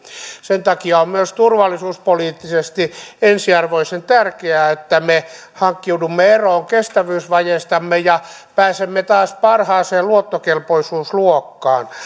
sen takia on myös turvallisuuspoliittisesti ensiarvoisen tärkeää että me hankkiudumme eroon kestävyysvajeestamme ja pääsemme taas parhaaseen luottokelpoisuusluokkaan